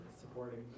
supporting